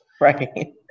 right